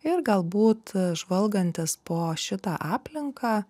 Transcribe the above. ir galbūt žvalgantis po šitą aplinką